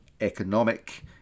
Economic